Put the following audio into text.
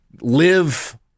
live